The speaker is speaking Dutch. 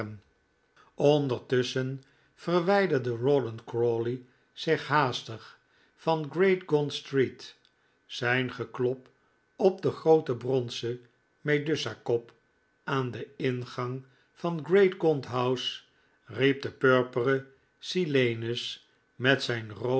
verwijderde rawdon crawley zich haastig van great gaunt street zijn geklop op den grooten bronzen medusa kop aan den ingang van great gaunt house riep den purperen silenus met zijn